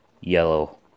yellow